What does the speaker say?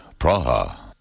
Praha